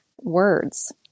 words